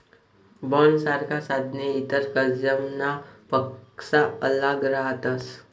बॉण्डसारखा साधने इतर कर्जनापक्सा आल्लग रहातस